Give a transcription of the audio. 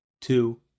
two